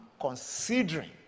considering